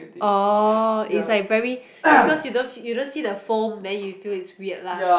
oh it's like very because you don't you don't see the foam then you feel it's weird lah